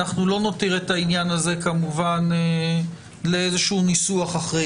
שאנחנו לא נותיר את העניין הזה לאיזשהו ניסוח אחר.